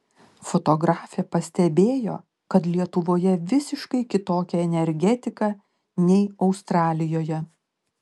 fotografė pastebėjo kad lietuvoje visiškai kitokia energetika nei australijoje